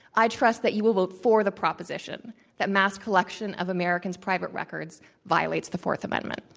i trust that you will vote for the proposition that mass collection of americans' private records violates the fourth amendment.